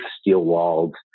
steel-walled